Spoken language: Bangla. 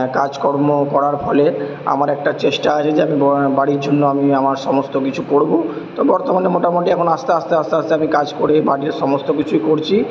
কাজকর্ম করার ফলে আমার একটা চেষ্টা আছে যে আমি বাড়ির জন্য আমি আমার সমস্ত কিছু করবো তো বর্তমানে মোটামুটি এখন আস্তে আস্তে আস্তে আস্তে আমি কাজ করে বাড়ির সমস্ত কিছুই করছি